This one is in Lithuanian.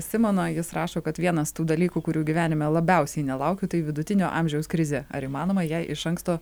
simono jis rašo kad vienas tų dalykų kurių gyvenime labiausiai nelaukiu tai vidutinio amžiaus krizė ar įmanoma jai iš anksto